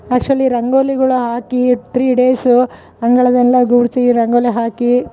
actually ರಂಗೋಲಿಗಳ ಹಾಕಿ three days ಅಂಗಳನೆಲ್ಲ ಗುಡಿಸಿ ರಂಗೋಲೆ ಹಾಕಿ